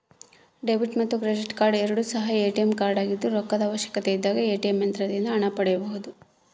debit ಮತ್ತು credit card ಎರಡು ಸಹ ಎ.ಟಿ.ಎಂ ಕಾರ್ಡಾಗಿದ್ದು ರೊಕ್ಕದ ಅವಶ್ಯಕತೆಯಿದ್ದಾಗ ಎ.ಟಿ.ಎಂ ಯಂತ್ರದಿಂದ ಹಣ ಪಡೆಯಬೊದು